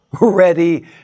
ready